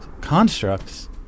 constructs